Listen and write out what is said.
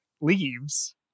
leaves